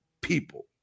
people